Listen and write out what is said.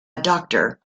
doctor